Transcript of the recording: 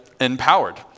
empowered